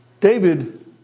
David